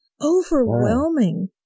overwhelming